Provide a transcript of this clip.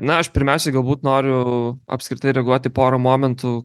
na aš pirmiausiai galbūt noriu apskritai reaguot į porą momentų